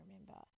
remember